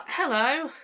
hello